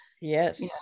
Yes